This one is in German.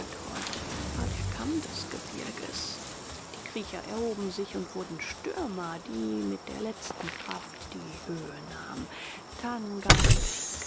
dort war der kamm des gebirges die kriecher erhoben sich und wurden stürmer die mit der letzten kraft die höhe nahmen